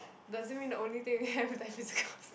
doesn't mean the only thing you have that he's